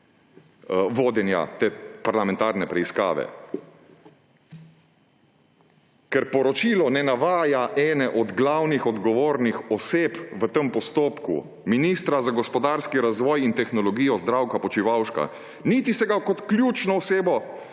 vodenja te parlamentarne preiskave. Ker poročilo ne navaja ene od glavnih odgovornih oseb v tem postopku, ministra za gospodarski razvoj in tehnologijo Zdravka Počivalška, niti se ga kot ključno osebo